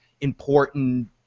important